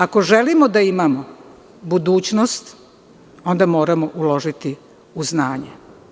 Ako želimo da imamo budućnost, moramo uložiti priznanje.